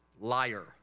liar